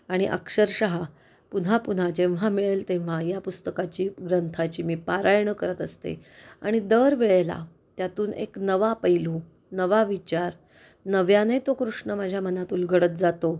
आणि अक्षरशः पुन्हापुन्हा जेव्हा मिळेल तेव्हा या पुस्तकाची ग्रंथाची मी पारायणं करत असते आणि दर वेळेला त्यातून एक नवा पैलू नवा विचार नव्याने तो कृष्ण माझ्या मनात उलगडत जातो